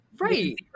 Right